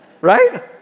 Right